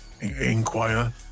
inquire